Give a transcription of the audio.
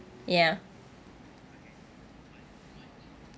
ya